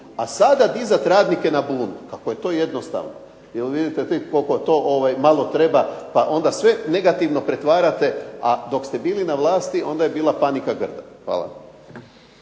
a sada dizati radnike na bunu. Kako je to jednostavno. Jer vidite koliko to malo treba, pa onda sve negativno pretvarate, a dok ste bili na vlasti onda je bila panika grda. Hvala.